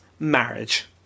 marriage